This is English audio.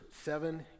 seven